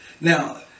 Now